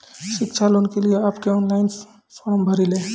शिक्षा लोन के लिए आप के ऑनलाइन फॉर्म भरी ले?